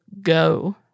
go